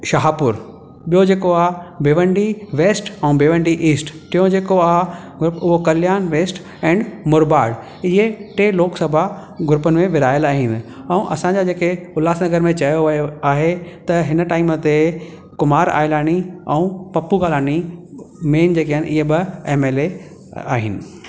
शाहपुर ॿियो जेको आ भिवंडी वेस्ट ऐं भिवंडी ईस्ट टियों जेको आ उहो कल्याण वेस्ट एंड मुरबाड इहे टे लोक सभा ग्रुपनि में विरिहायल आहिनि ऐं असां जा जेके उल्हासनगर चयो वियो आहे त हिन टाइम ते कुमार आइलाणी ऐं पप्पू कालानी मेन जेके आहिनि इहे ॿ एम एल ए आहिनि